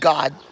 God